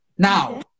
Now